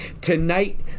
tonight